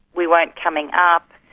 we weren't coming up,